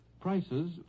Prices